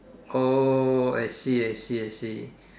oh I see I see I see